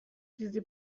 چیزی